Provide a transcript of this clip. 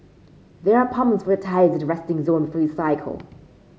there are pumps for your tyres at the resting zone before you cycle